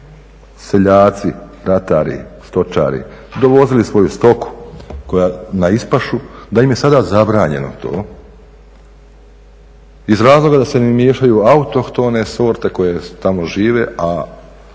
seljaci, ratari, stočari, dovozili svoju stoku na ispašu, da im je sada zabranjeno to iz razloga da se ne miješaju autohtone sorte koje tamo žive sa